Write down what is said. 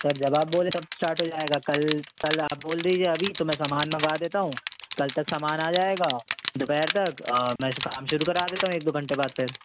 sir जब आप बोले तब इस्टार्ट हो जाएगा कल कल आप बोल दीजिए अभी तो मैं सामान मंगवा देता हूँ कल तक सामान आ जाएगा दोपहर तक मैं काम शुरू करा देता हूँ एक दो घंटे बाद फिर